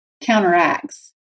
counteracts